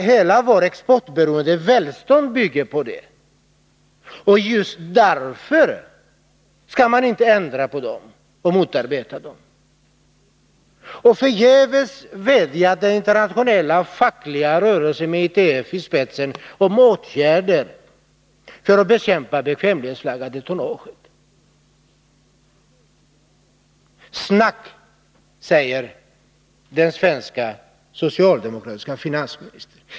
Hela vårt exportberoende välstånd bygger på dem, och just därför kan man inte ändra på dem och motarbeta dem! Förgäves vädjar den internationella fackliga rörelsen med ITF i spetsen om åtgärder för att bekämpa det bekvämlighetsflaggade tonnaget. Snack! säger den svenske socialdemokratiske finansministern.